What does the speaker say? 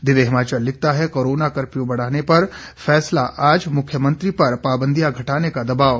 दिव्य हिमाचल लिखता है कोरोना कफर्यू बढ़ाने पर फैसला आज मुख्यमंत्री पर पाबंदियां घटाने का दबाव